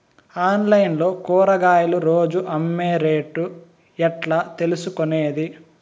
Online లో కూరగాయలు రోజు అమ్మే రేటు ఎట్లా తెలుసుకొనేది?